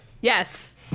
yes